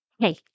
Hey